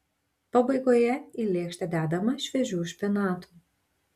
pabaigoje į lėkštę dedama šviežių špinatų